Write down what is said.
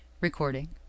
Recording